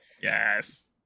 Yes